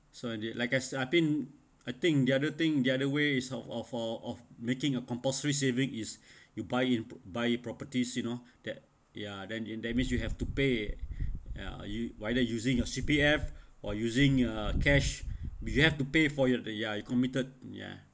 so they like I s~ I've been I think the other thing the other ways of all of making a compulsory saving is you buy in pro~ buy properties you know that ya then in that means you have to pay ya you either using your C_P_F or using uh cash but you have to pay for your the ya committed ya